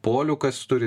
polių kas turi